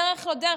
בדרך לא דרך,